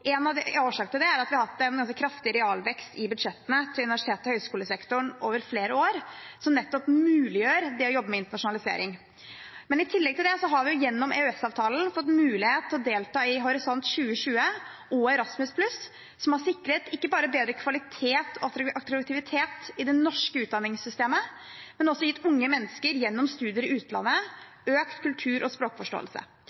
En årsak til det er at vi har hatt en ganske kraftig realvekst i budsjettene til universitets- og høyskolesektoren over flere år, noe som nettopp muliggjør det å jobbe med internasjonalisering. I tillegg til det har vi gjennom EØS-avtalen fått mulighet til å delta i Horisont 2020 og Erasmus+, som har sikret ikke bare bedre kvalitet og attraktivitet i det norske utdanningssystemet, men også gitt unge mennesker økt kultur- og språkforståelse gjennom studier i